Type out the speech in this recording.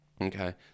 Okay